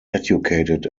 educated